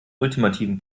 ultimativen